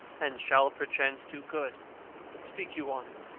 and shall perchance do good but speak you on